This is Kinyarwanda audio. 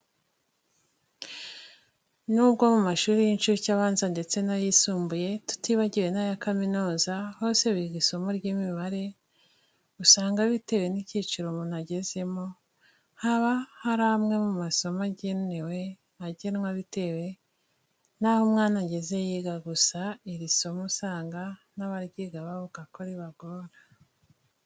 Nubwo mu mashuri y'incuke, abanza, ndetse n'ayisumbuye tutibagiwe n'aya kaminuza hose biga isomo ry'imibare, usanga bitewe n'icyiciro umuntu agezemo, haba hari amwe mu masomo agenwa bitewe naho umwana ageze yiga. Gusa, iri somo usanga n'abaryiga bavuga ko ribagora.